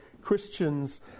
Christians